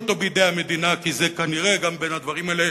ותשאירו אותו בידי המדינה כי זה כנראה בין הדברים האלה